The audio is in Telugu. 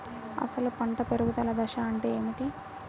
అసలు పంట పెరుగుదల దశ అంటే ఏమిటి?